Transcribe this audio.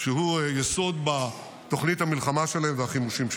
שהוא יסוד בתוכנית המלחמה שלהם והחימושים שלהם.